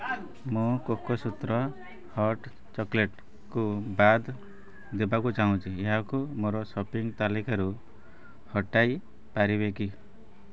ମୁଁ କୋକୋସୂତ୍ର ହଟ୍ ଚକୋଲେଟ୍କୁ ବାଦ୍ ଦେବାକୁ ଚାହୁଁଛି ଏହାକୁ ମୋର ସପିଂ ତାଲିକାରୁ ହଟାଇ ପାରିବେ କି